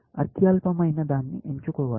అత్యల్ప మైన దాన్ని ఎంచుకోవాలి